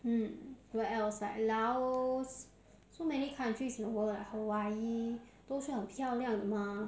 mm what else like laos so many countries in the world like hawaii 都是很漂亮的吗